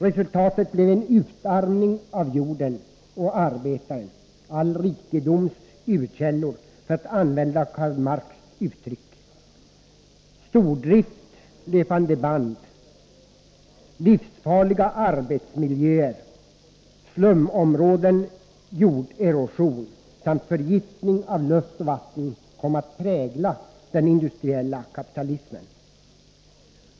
Resultatet blev en utarmning av jorden och arbetaren — ”all rikedoms urkällor” för att använda Karl Marx” uttryck. Stordrift, löpande band, livsfarliga arbetsmiljöer, slumområden, jorderosion samt förgiftning av luft och vatten kom att prägla den industriella kapitalismen.